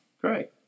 Great